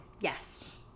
Yes